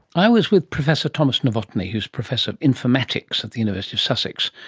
i was with professor thomas nowotny who is professor of informatics at the university of sussex,